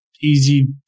easy